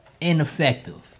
ineffective